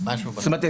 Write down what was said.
זאת אומרת,